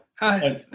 Hi